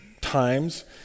times